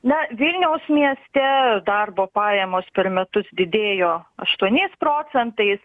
na vilniaus mieste darbo pajamos per metus didėjo aštuoniais procentais